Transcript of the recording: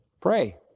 Pray